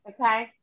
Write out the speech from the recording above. okay